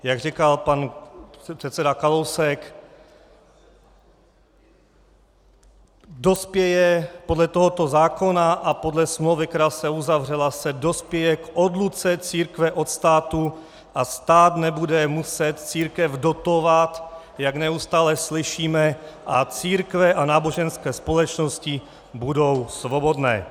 Jak říkal pan předseda Kalousek, podle tohoto zákona a podle smlouvy, která se uzavřela, se dospěje k odluce církve od státu a stát nebude muset církev dotovat, jak neustále slyšíme, a církve a náboženské společnosti budou svobodné.